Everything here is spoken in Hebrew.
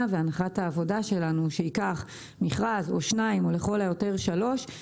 והנחת העבודה שלנו היא שייקח מכרז או שניים או לכל היותר שלושה מכרזים.